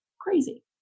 Crazy